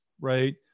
right